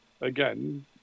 again